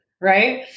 Right